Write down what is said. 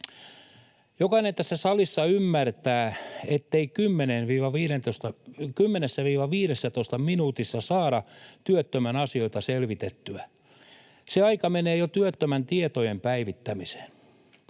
Jokainen tässä salissa ymmärtää, ettei 10—15 minuutissa saada työttömän asioita selvitettyä. Se aika menee jo työttömän tietojen päivittämiseen.